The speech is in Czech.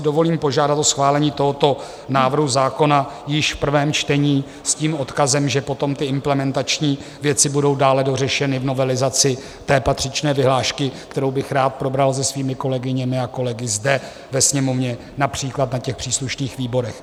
Dovolím si požádat o schválení tohoto návrhu zákona již v prvém čtení s tím odkazem, že potom ty implementační věci budou dále dořešeny v novelizaci patřičné vyhlášky, kterou bych rád probral se svými kolegyněmi a kolegy zde ve Sněmovně, například na příslušných výborech.